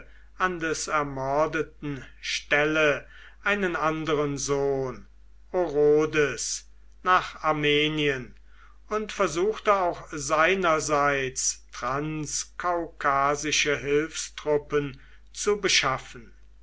an des ermordeten stelle einen anderen sohn orodes nach armenien und versuchte auch seinerseits transkaukasische hilfstruppen zu beschaffen